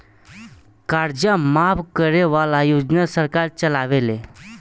कर्जा माफ करे वाला योजना सरकार चलावेले